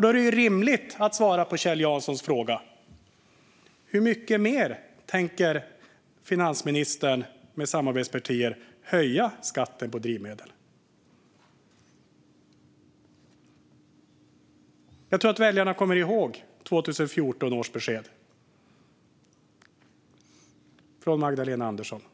Då är det rimligt att svara på Kjell Janssons fråga: Hur mycket mer tänker finansministern tillsammans med samarbetspartierna höja skatten på drivmedel? Jag tror att väljarna kommer ihåg 2014 års besked från